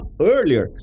earlier